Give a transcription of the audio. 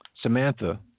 Samantha